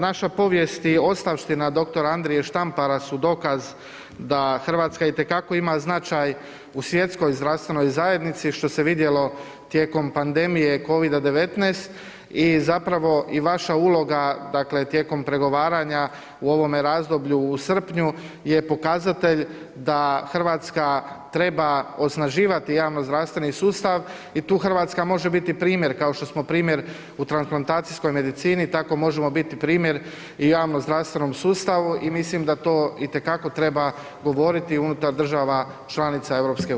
Naša povijest i ostavština dr. Andrije Štampara su dokaz da RH itekako ima značaj u Svjetskoj zdravstvenoj zajednici, šta se vidjelo tijekom pandemije Covid-19 i zapravo i vaša uloga, dakle tijekom pregovaranja u ovome razdoblju u srpnju je pokazatelj da RH treba osnaživati javnozdravstveni sustav i tu RH može biti primjer, kao što smo primjer u transplantacijskoj medicini tako možemo biti i primjer u javnozdravstvenom sustavu i mislim da to itekako treba govoriti unutar država članica EU.